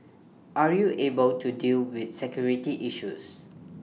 are you able to deal with security issues